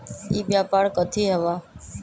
ई व्यापार कथी हव?